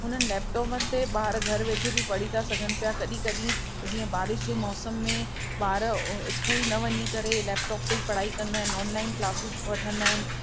हुननि लैपटॉपनि ते ॿार घरु वेठे बि पढ़ी था सघनि पिया कॾहिं कॾहिं जीअं बारिश जे मौसम में ॿार स्कूल न वञी करे लैपटॉप ते ई पढ़ाई कंदा आहिनि ऑनलाइन क्लासुस वठंदा आहिनि